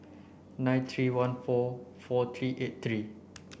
nine three one four four three eight three